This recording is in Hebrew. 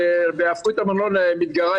ויהפכו את המלון למדגרה,